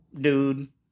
dude